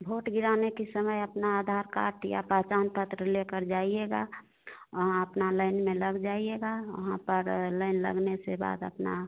vote गिराने के समय अपना आधार कार्ड या पहचान पत्र लेकर जाइएगा वहाँ अपना लाइन में लग जाइएगा वहाँ पर लाइन लगने से बाद अपना